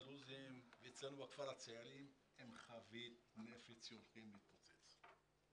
אצלנו בכפר הצעירים הם חבית נפץ שהולכים להתפוצץ.